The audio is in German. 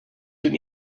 den